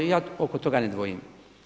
I ja oko toga ne dvojim.